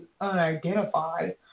unidentified